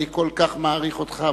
אני כל כך מעריך אותך,